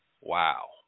Wow